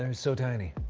um so tiny.